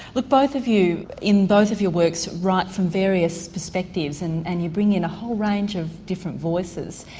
look both of you in both of your works write from various perspectives and and you bring in a whole range of different voices.